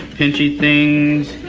pinchy things,